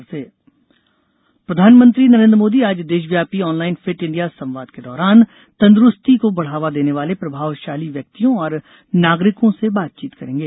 Modi fit India संवाद प्रधानमंत्री नरेंद्र मोदी आज देशव्यापी ऑनलाइन फिट इंडिया संवाद के दौरान तंदुरुस्ती को बढ़ावा देने वाले प्रभावशाली व्यक्तियों और नागरिकों से बातचीत करेंगे